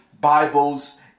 Bibles